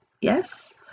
Yes